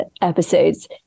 episodes